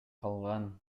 калган